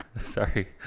Sorry